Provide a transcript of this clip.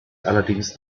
allerdings